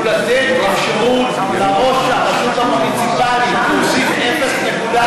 הוא לתת אפשרות לראש הרשות המוניציפלית להוסיף אפס נקודה,